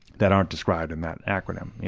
that aren't described in that acronym.